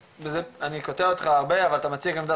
אני קוטע אותך הרבה אבל אתה מציג עמדה